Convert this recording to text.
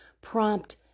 prompt